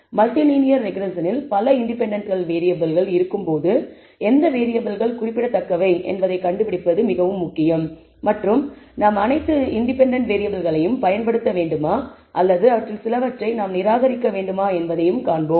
multilinear ரெக்ரெஸ்ஸனில் பல independent வேறியபிள்கள் இருக்கும்போது எந்த வேறியபிள்கள் குறிப்பிடத்தக்கவை என்பதைக் கண்டுபிடிப்பது முக்கியம் மற்றும் நாம் அனைத்து இன்டெபென்டென்ட் வேறியபிள்களையும் பயன்படுத்த வேண்டுமா அல்லது அவற்றில் சிலவற்றை நாம் நிராகரிக்க வேண்டுமா என்பதை காண்போம்